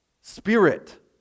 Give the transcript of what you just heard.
spirit